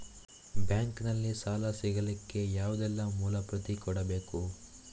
Bank ನಲ್ಲಿ ಸಾಲ ಸಿಗಲಿಕ್ಕೆ ಯಾವುದೆಲ್ಲ ಮೂಲ ಪ್ರತಿ ಕೊಡಬೇಕು?